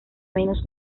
menos